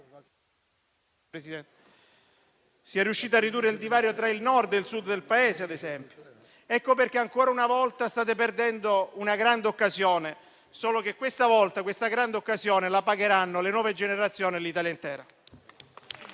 sia riuscito a ridurre il divario tra il Nord e il Sud del Paese. Ecco perché, ancora una volta, state perdendo una grande occasione. Solo che, questa volta, la perdita di questa grande occasione la pagheranno le nuove generazioni e l'Italia intera.